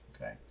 Okay